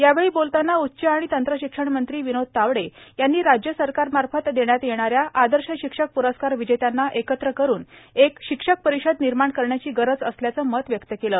यावेळी बोलताना उच्च आणि तंत्रशिक्षण मंत्री विनोद तावडे यांनी राज्य सरकार मार्फत देण्यात येणाऱ्या आदर्श शिक्षक प्रस्कार विजेत्यांना एकत्र करून एक शिक्षक परिषद निर्माण करण्याची गरज असल्याचं मत व्यक्त केलं